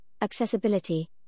accessibility